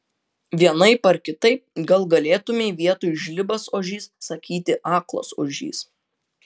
vienaip ar kitaip gal galėtumei vietoj žlibas ožys sakyti aklas ožys